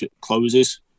closes